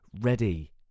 Ready